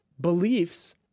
beliefs